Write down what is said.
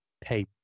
pay